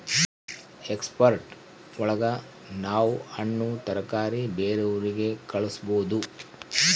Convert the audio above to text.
export ಒಳಗ ನಾವ್ ಹಣ್ಣು ತರಕಾರಿ ಬೇರೆ ಊರಿಗೆ ಕಳಸ್ಬೋದು